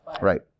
Right